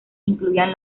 incluían